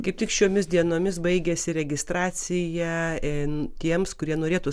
kaip tik šiomis dienomis baigiasi registracija ir tiems kurie norėtų